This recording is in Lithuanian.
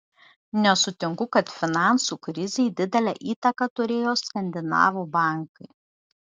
nesutinku kad finansų krizei didelę įtaką turėjo skandinavų bankai